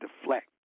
deflect